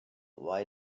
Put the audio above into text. why